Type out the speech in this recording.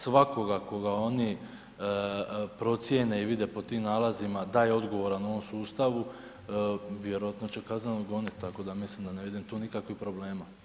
Svakoga koga oni procjene i vide po tim nalazima da je odgovoran u ovom sustavu, vjerojatno će kazneno goniti, tako da mislim da ne vidim tu nikakvih problema.